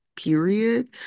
period